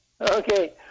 Okay